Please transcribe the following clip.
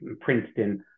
Princeton